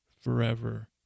forever